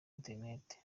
internet